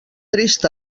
trist